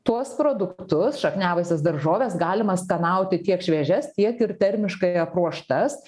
tuos produktus šakniavaises daržoves galima skanauti tiek šviežias tiek ir termiškai apruoštas